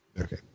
Okay